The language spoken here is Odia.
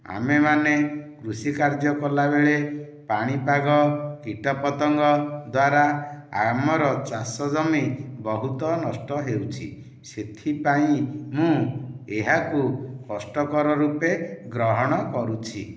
ଆମେ ମାନେ କୃଷିକାର୍ଯ୍ୟ କଲା ବେଳେ ପାଣିପାଗ କୀଟପତଙ୍ଗ ଦ୍ୱାରା ଆମର ଚାଷ ଜମି ବହୁତ ନଷ୍ଟ ହେଉଛି ସେଥିପାଇଁ ମୁଁ ଏହାକୁ କଷ୍ଟକର ରୂପେ ଗ୍ରହଣ କରୁଛି